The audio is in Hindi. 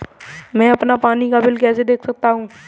मैं अपना पानी का बिल कैसे देख सकता हूँ?